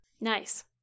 Nice